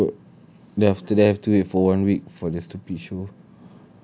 ya besok then after that have to wait for one week for that stupid show